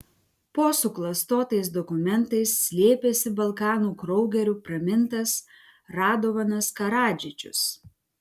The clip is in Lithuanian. po suklastotais dokumentais slėpėsi balkanų kraugeriu pramintas radovanas karadžičius